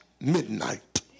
midnight